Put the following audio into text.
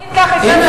ואל תגיד ככה.